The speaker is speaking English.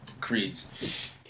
Creed's